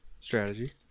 strategy